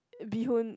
bee hoon